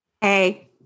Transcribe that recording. Hey